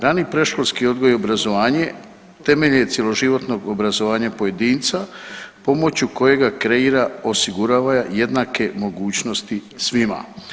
Rani predškolski odgoj i obrazovanje temelj je cjeloživotnog obrazovanja pojedinca pomoću kojeg kreira, osigurava jednake mogućnosti svima.